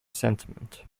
sentiment